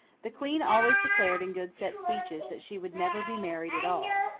the queen always declared in good set speeches, that she would never be married at all,